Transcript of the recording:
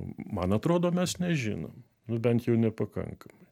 man atrodo mes nežinom nu bent jau nepakankamai